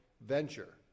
venture